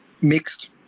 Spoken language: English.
mixed